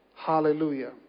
Hallelujah